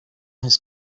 his